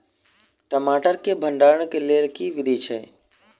टमाटर केँ भण्डारण केँ लेल केँ विधि छैय?